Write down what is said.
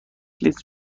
لیتر